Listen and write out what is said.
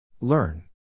Learn